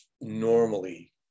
normally